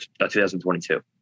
2022